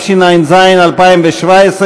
התשע"ז 2017,